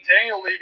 Daniel